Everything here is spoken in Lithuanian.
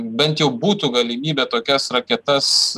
bent jau būtų galimybė tokias raketas